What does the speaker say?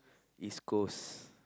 East-Coast